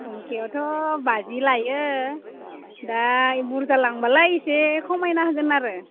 गंसेयावथ' बाजि लायो दा बुरजा लांब्लालाय एसे खमायना होगोन आरो